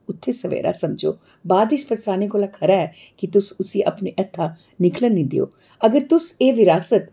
उत्थें सवेरे समझो बाद च ते पश्ताने कोला खरा ऐ कि तुस उसी अपने हत्था निकलन नेईं देओ अगर तुस एह् बरासत